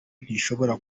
ntishobora